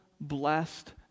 blessed